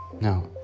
no